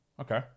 Okay